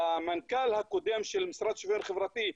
המנכ"ל הקודם של המשרד לשוויון חברתי,